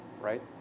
right